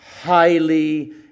highly